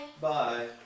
Bye